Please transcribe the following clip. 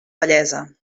vellesa